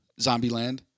Zombieland